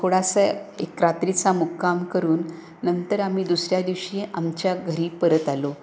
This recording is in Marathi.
थोडासा एक रात्रीचा मुक्काम करून नंतर आम्ही दुसऱ्या दिवशी आमच्या घरी परत आलो